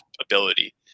ability